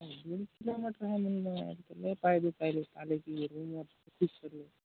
दीड किलोमीटर आहे ना तर लै पायले पायले चालत गेलो ना ते